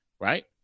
right